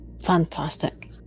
Fantastic